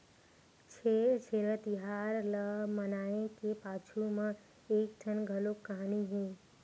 छेरछेरा तिहार ल मनाए के पाछू म एकठन घलोक कहानी हे